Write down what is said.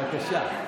בבקשה.